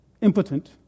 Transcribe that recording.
impotent